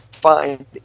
find